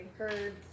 heard